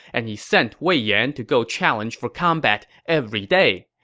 and he sent wei yan to go challenge for combat every day.